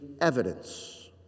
evidence